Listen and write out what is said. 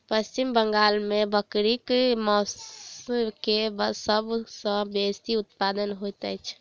पश्चिम बंगाल में बकरीक मौस के सब सॅ बेसी उत्पादन होइत अछि